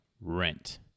rent